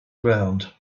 ground